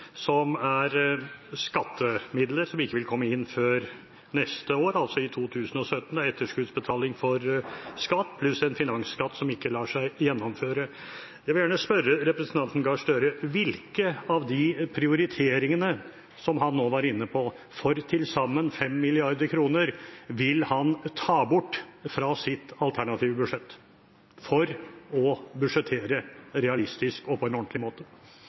som er skattemidler som ikke vil komme inn før neste år, altså i 2017, etterskuddsbetaling for skatt pluss en finansskatt som ikke lar seg gjennomføre. Jeg vil gjerne spørre representanten Gahr Støre: Hvilke av de prioriteringene som han nå var inne på, for til sammen 5 mrd. kr, vil han ta bort fra sitt alternative budsjett for å budsjettere realistisk og på en ordentlig måte?